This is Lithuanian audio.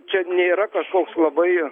čia nėra kažkoks labai